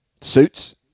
Suits